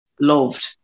loved